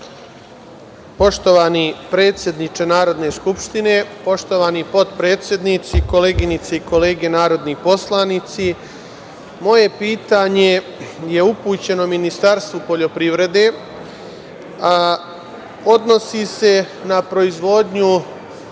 Poštovani predsedniče Narodne skupštine, poštovani potpredsednici, koleginice i kolege narodni poslanici, moje pitanje je upućeno Ministarstvu poljoprivrede. Odnosi se na proizvodnju